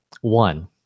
one